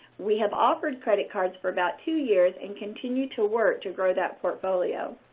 we have offered credit cards for about two years and continue to work to grow that portfolio.